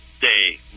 day